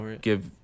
give